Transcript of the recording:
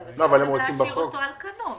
אפשר גם להשאיר אותו על כנו לראות.